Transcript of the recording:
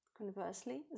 Conversely